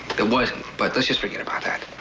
it wasn't. but let's just forget about that.